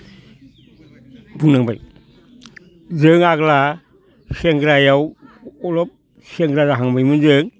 बुंनांबाय जों आग्ला सेंग्रायाव अलप सेंग्रा जाहांबायमोन जों